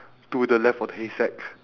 to the left of the haystack